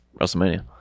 WrestleMania